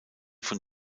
von